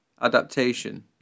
adaptation